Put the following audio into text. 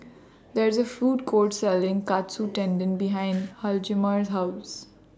There IS A Food Court Selling Katsu Tendon behind Hjalmar's House